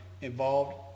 involved